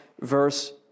verse